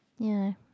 ya